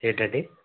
ఏంటండి